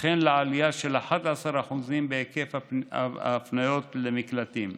וכן לעלייה של 11% בהיקף הפניות למקלטים.